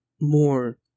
more